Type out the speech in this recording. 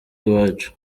iwacu